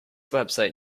website